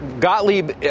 Gottlieb